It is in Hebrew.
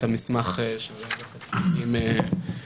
גם מדינות אחרות כמו רוסיה,